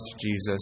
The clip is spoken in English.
Jesus